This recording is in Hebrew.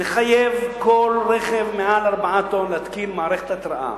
לחייב כל רכב מעל 4 טון להתקין מערכת התרעה.